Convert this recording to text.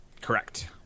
Correct